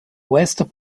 west